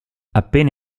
appena